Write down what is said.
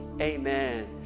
Amen